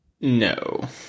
No